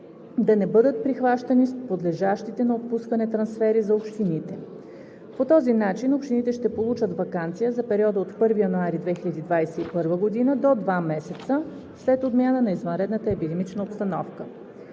да не бъдат прихващани с подлежащите на отпускане трансфери за общините. По този начин общините ще получат „ваканция“ за периода от 1 януари 2021 г. до 2 месеца след отмяната на извънредната епидемична обстановка.